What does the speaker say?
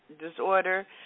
disorder